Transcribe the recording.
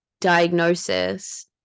diagnosis